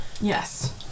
Yes